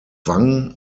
wang